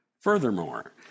Furthermore